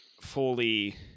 fully